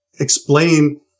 explain